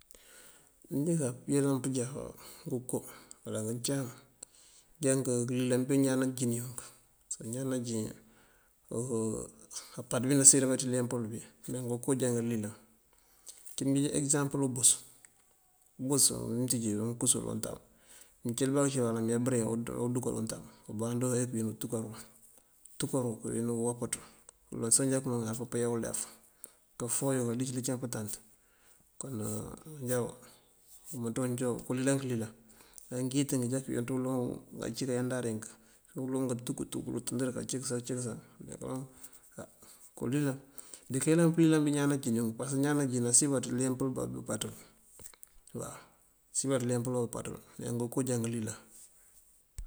Máanjá pëyëlan pënjá ngënko uwala ngëcáam anja ngúlilaŋ píiñaan naanţíjëlunk. Par iñaananjin apaţ bináa siyëmbanţí lempël bi ináa ngënko já ngëlílaŋ. Uncí mëënjej ekësampël ubus, ubus uwí mëënţinjëwí amëënkus di untámb, mëëncil bákëncil owala këya bëreŋ odunka dí untamb, umgaandu këwin untúkára, untúkára, këwin uwopáţú uloŋ soŋ uŋal payo uleef, kafayo ulícëlíncán pëëntant. unjáwun umëënţo cíwun okalinan këlilaŋ ná ngëyët kacii ţël ajá cík yandaarink uloŋ ngëë káatúkëtuk, ngëlutadër, kacësá këcësá, mëëme kaloŋ kolilaŋ. Di kayëlan pëlilaŋ pi iñaanánjinuk parësëk iñaanájin nasiyëmbaţí alempël bá këëmpaţ nasiyëmbaţí alempëlo uumpáţul ngëkë já ngulilan.